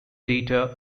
data